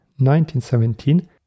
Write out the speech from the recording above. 1917